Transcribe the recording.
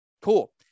Cool